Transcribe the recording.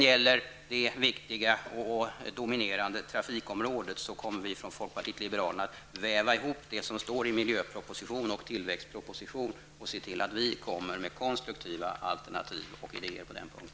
På det viktiga och dominerande trafikområdet kommer vi i folkpartiet liberalerna att väva ihop det som står i miljöpropositionen och tillväxtpropositionen och komma med konstruktiva alternativ och idéer på den punkten.